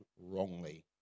wrongly